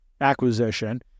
acquisition